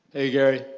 hey gary,